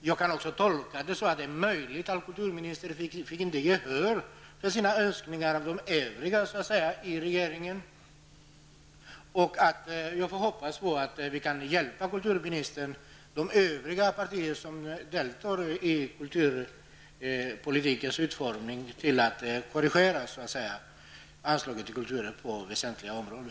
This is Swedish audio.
Jag kan också tolka det så att det är möjligt att kulturministern inte fått gehör för sina önskningar från de övriga inom regeringen. Jag hoppas att vi i övriga partier som deltar i kulturpolitikens utformning kan hjälpa kulturministern att korrigera anslagen till kulturen på väsentliga områden.